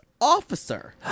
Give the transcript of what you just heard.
officer